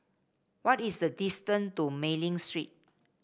what is the distance to Mei Ling Street